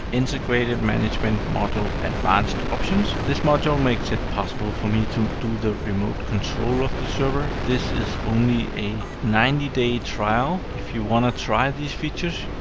integrated management module advanced options. this module makes it possible for me to do the remote control of the server. this is only a ninety day trial. if you wanna try those features,